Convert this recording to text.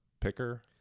picker